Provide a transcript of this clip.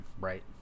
Right